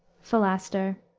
philaster,